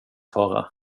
fara